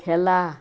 খেলা